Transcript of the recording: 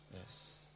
Yes